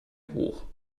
hoch